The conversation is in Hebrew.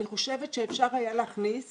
אני חושבת שאפשר היה להכניס